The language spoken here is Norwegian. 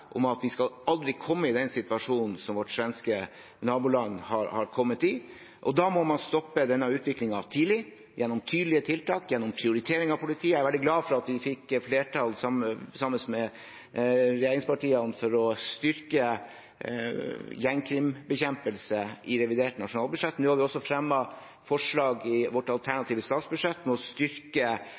at vi aldri skal komme i den situasjonen som vårt svenske naboland har kommet i. Da må man stoppe denne utviklingen tidlig, gjennom tydelige tiltak, gjennom prioritering av politiet. Jeg er veldig glad for at vi fikk flertall sammen med regjeringspartiene for å styrke bekjempelsen av gjengkriminalitet i revidert nasjonalbudsjett. Nå har vi også fremmet forslag i vårt alternative statsbudsjett om å styrke